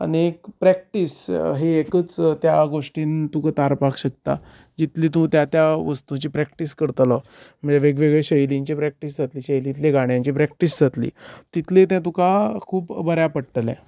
आनीक प्रेक्टीस ही एकच त्या गोष्टीन तुका तारपाक शकता जितली तूं त्या त्या वस्तुची प्रेक्टीस करतलो म्हण्यार वेगवेगळी शैलींची प्रेक्टीस जातली शैलीतले गाण्यांची प्रेक्टीस जातली तितले तें तुका खूब बऱ्याक पडटले